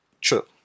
True